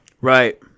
Right